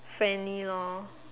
friendly lor